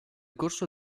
corso